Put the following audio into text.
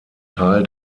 teil